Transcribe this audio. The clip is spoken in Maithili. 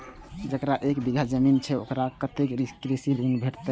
जकरा एक बिघा जमीन छै औकरा कतेक कृषि ऋण भेटत?